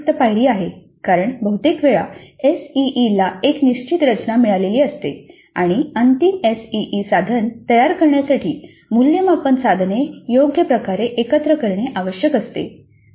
ही एक अतिरिक्त पायरी आहे कारण बहुतेक वेळा एसईईला एक निश्चित रचना मिळालेली असते आणि अंतिम एसईई साधन तयार करण्यासाठी मूल्यमापन साधने योग्य प्रकारे एकत्र करणे आवश्यक असते